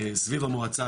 סביב המועצה,